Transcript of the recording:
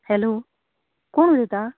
hello कोण उलयता